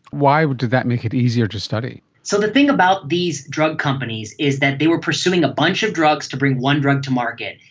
why did that make it easier to study? so the thing about these drug companies is that they were pursuing a bunch of drugs to bring one drug to market.